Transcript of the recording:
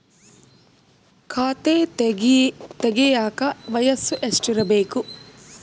ಖಾತೆ ತೆಗೆಯಕ ವಯಸ್ಸು ಎಷ್ಟಿರಬೇಕು?